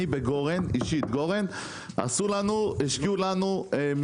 אצלנו בגורן,